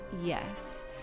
yes